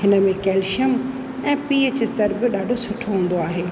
हिन में केल्श्यम ऐं पी एच स्तर बि ॾाढो सुठो हूंदो आहे